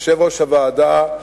ליושב-ראש הוועדה,